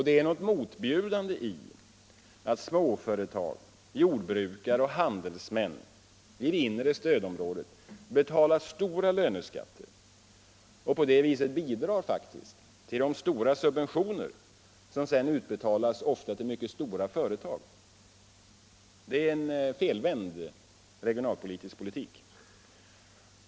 Det är något motbjudande i att småföretag, jordbrukare och handelsmän i det inre stödområdet betalar stora löneskatter och på det viset faktiskt bidrar till de betydande subventioner som sedan utbetalas ofta till mycket stora företag. Det är en felvänd regionalpolitik.